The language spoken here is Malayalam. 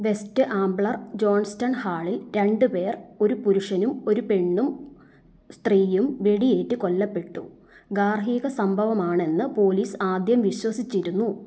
വെസ്റ്റ് ആംബ്ലർ ജോൺസ്റ്റൺ ഹാളിൽ രണ്ട് പേർ ഒരു പുരുഷനും ഒരു പെണ്ണും സ്ത്രീയും വെടിയേറ്റ് കൊല്ലപ്പെട്ടു ഗാർഹിക സംഭവമാണെന്ന് പോലീസ് ആദ്യം വിശ്വസിച്ചിരുന്നു